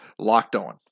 LOCKEDON